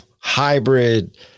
hybrid